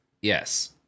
yes